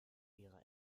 ihre